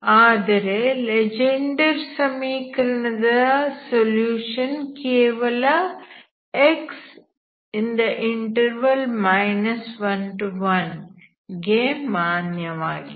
ಆದರೆ ಲೆಜೆಂಡರ್ ಸಮೀಕರಣ ದ ಸೊಲ್ಯೂಷನ್ ಕೇವಲ x 11 ಗೆ ಮಾನ್ಯವಾಗಿದೆ